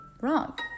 wrong